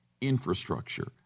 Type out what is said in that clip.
infrastructure